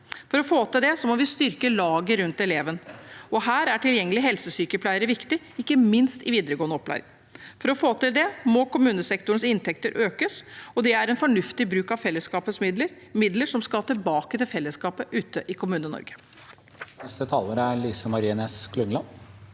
For å få til det må vi styrke laget rundt eleven, og her er tilgjengelige helsesykepleiere viktig, ikke minst i videregående opplæring. For å få til det må kommunesektorens inntekter økes, og det er en fornuftig bruk av fellesskapets midler, midler som skal tilbake til fellesskapet ute i Kommune-Norge.